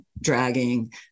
dragging